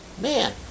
man